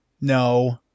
No